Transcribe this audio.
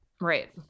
Right